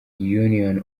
union